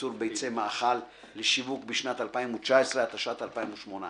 לייצור ביצי מאכל לשיווק בשנת 2019), התשע"ט-2018.